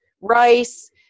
rice